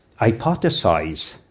hypothesize